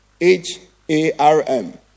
H-A-R-M